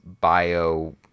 bio